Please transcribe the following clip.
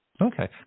Okay